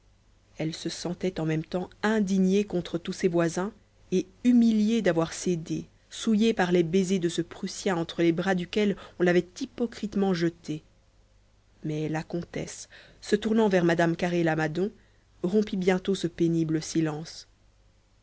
elle se sentait en même temps indignée contre tous ses voisins et humiliée d'avoir cédé souillée par les baisers de ce prussien entre les bras duquel on l'avait hypocritement jetée mais la comtesse se tournant vers mme carré lamadon rompit bientôt ce pénible silence